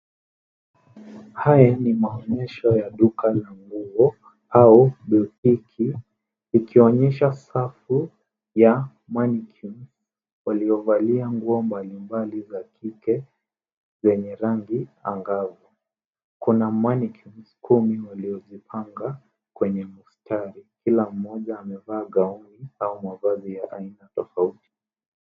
Haya ni maonyesha ya duka la nguo au botiki ikionyesha safu ya mannequin waliovalia nguo mbalimbali za kike zenye rangi angavu. Kuna mannequin kumi waliojipanga kwenye mistari kila mmoja amevaa gauni au mavazi ya aina tofauti.